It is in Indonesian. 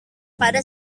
pada